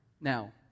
Now